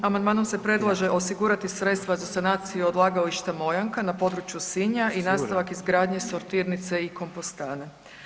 Amandmanom se predlaže osigurati sredstva za sanaciju odlagališta Mojanka na području Sinja i nastavak izgradnje sortirnice i kompostane.